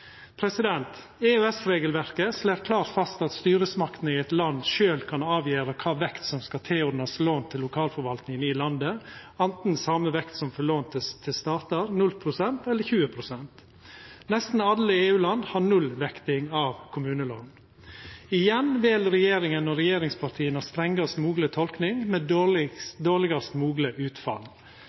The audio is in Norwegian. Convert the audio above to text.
slår klart fast at styresmaktene i eit land sjølve kan avgjera kva vekt som skal knytast til lån til lokalforvaltninga i landet, anten same vekt som for lån til statar, 0 pst., eller 20 pst. Nesten alle EU-landa har 0-vekting av kommunelån. Igjen vel regjeringa og regjeringspartia strengast mogleg tolking, med dårlegast mogleg utfall.